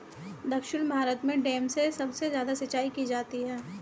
दक्षिण भारत में डैम से सबसे ज्यादा सिंचाई की जाती है